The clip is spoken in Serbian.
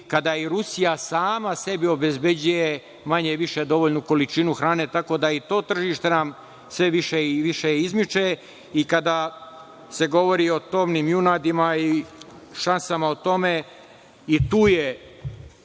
kada i Rusija sama sebi obezbeđuje manje-više dovoljnu količinu hrane, tako da i to tržište nam sve više i više izmiče. Kada se govori o tovnim junadima i šansama o tome, i tu je